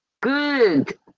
good